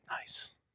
nice